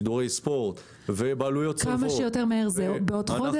שידורי ספורט ובעלויות צולבות --- כמה שיותר מהר זה בעוד חודש?